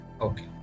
Okay